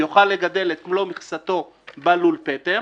הוא יוכל לגדל את מלוא מכסתו בלול פטם